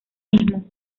mismo